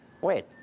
wait